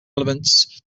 elements